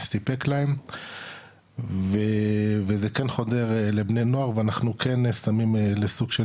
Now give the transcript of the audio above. סיפק להם וזה כן חודר לבני נוער ואנחנו כן שמים לסוג של